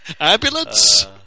Ambulance